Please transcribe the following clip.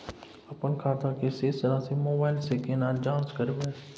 अपन खाता के शेस राशि मोबाइल से केना जाँच करबै?